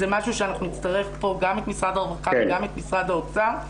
זה משהו שאנחנו נצטרך פה גם את משרד הרווחה וגם את משרד האוצר,